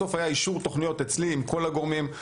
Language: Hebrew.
בסוף היה אישור תוכניות אצלי עם כל הגורמים,